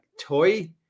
toy